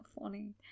funny